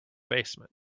basement